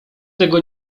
tego